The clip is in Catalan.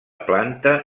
planta